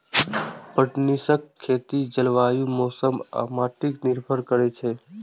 पटसनक खेती जलवायु, मौसम आ माटि पर निर्भर करै छै